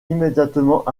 immédiatement